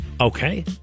Okay